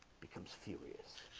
becomes furious